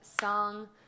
song